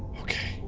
okay.